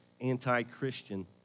anti-Christian